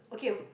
okay